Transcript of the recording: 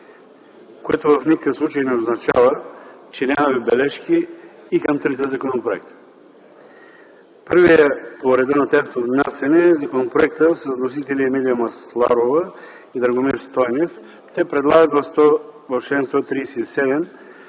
което в никакъв случай не означава, че нямаме бележки и към трите законопроекта. Първият, по реда на тяхното внасяне, е законопроекта с вносители Емилия Масларова и Драгомир Стойнев. Те предлагат в чл. 137